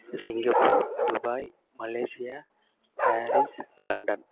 Singapore Dubai Malaysia Paris London